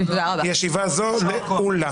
ישיבה זו נעולה.